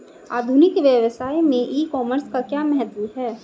आधुनिक व्यवसाय में ई कॉमर्स का क्या महत्व है?